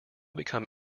become